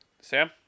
sam